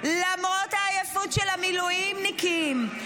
למרות העייפות של המילואימניקים,